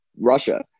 Russia